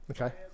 Okay